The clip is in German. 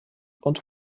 und